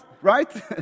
Right